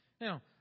Now